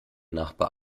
nachbar